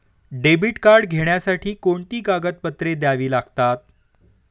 Debit card घेण्यासाठी कोणती कागदपत्रे द्यावी लागतात?